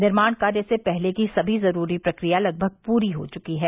निर्माण कार्य से पहले की सभी जरूरी प्रक्रिया लगभग पूरी हो चुकी है